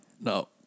no